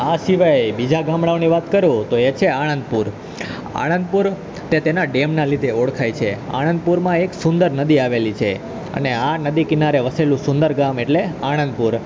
આ સિવાય બીજા ગામડાઓની વાત કરું તો એ છે આણંદપુર આણંદપુર તે તેના ડેમના લીધે ઓળખાય છે આણંદપુરમાં એક સુંદર નદી આવેલી છે અને આ નદી કિનારે વસેલું સુંદર ગામ એટલે આણંદપુર